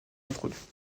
introduite